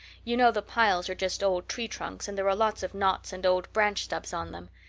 you know the piles are just old tree trunks and there are lots of knots and old branch stubs on them.